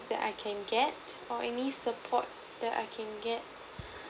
that I can get or any support that I can get